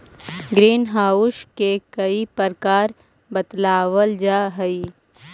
green house के कई प्रकार बतलावाल जा हई